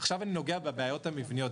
עכשיו אני נוגע בבעיות המבניות,